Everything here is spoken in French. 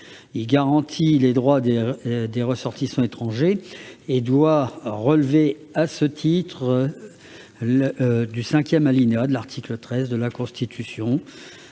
Il garantit les droits des ressortissants étrangers et doit relever à ce titre du cinquième alinéa de l'article 13 de la Constitution.